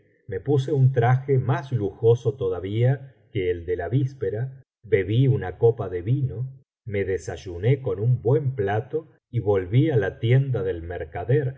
me puse un traje más lujoso todavía que el de la víspera bebí una copa de vino me desayuné con un buen plato y volví á la tienda del mercader